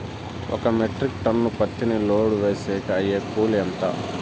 ఒక metric ton పత్తిని load వేసేకి అయ్యే కూలి ఎంత?